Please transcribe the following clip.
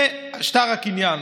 זה שטר הקניין.